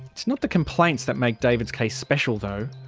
it's not the complaints that make david's case special though.